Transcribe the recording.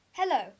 Hello